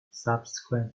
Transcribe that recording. subsequent